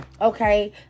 Okay